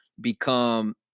become –